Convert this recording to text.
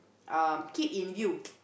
um keep in view